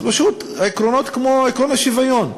אז פשוט, עקרונות כמו עקרון השוויון,